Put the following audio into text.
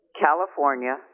California